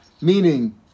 meaning